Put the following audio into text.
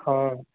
हा